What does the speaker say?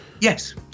Yes